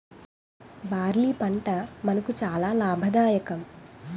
barley పంట మనకు చాలా లాభదాయకం